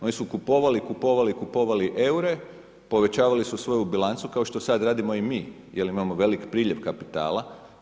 Oni su kupovali, kupovali, kupovali eure, povećavali su svoju bilancu, kao što sada radimo i mi, jer imamo veliki priljev kapitala.